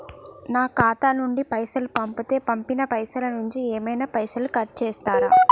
నా ఖాతా నుండి పైసలు పంపుతే పంపిన పైసల నుంచి ఏమైనా పైసలు కట్ చేత్తరా?